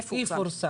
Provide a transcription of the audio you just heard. יפורסם.